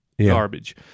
garbage